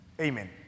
Amen